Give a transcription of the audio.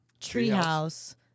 treehouse